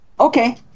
Okay